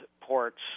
ports